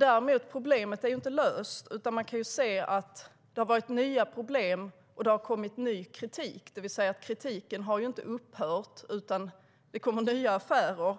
Men problemet är inte löst, utan man kan se att det har varit nya problem och att det har kommit ny kritik. Kritiken har alltså inte upphört, utan det kommer nya affärer.